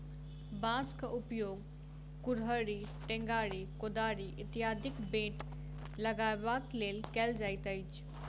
बाँसक उपयोग कुड़हड़ि, टेंगारी, कोदारि इत्यादिक बेंट लगयबाक लेल कयल जाइत अछि